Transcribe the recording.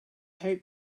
hope